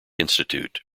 institute